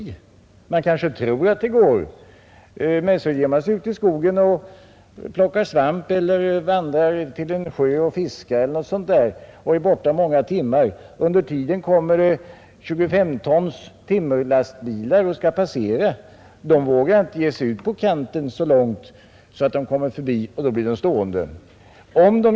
Man kanske tror att det går, och så ger man sig ut i skogen och plockar svamp eller vandrar till en sjö och fiskar och är borta många timmar. Under tiden skall timmerlastbilar på 25 ton passera. Förarna vågar inte ge sig ut på kanten så långt att de kommer förbi, och så blir lastbilarna stående.